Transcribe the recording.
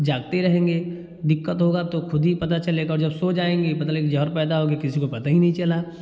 जागते रहेंगे दिक्कत होगा तो खुद ही पता चलेगा और जब सो जाएँगे पता लगेगा जहर पैदा हो गया किसी को पता ही नहीं चला